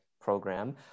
program